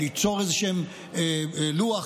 ליצור איזשהו לוח,